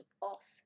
off